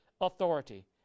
authority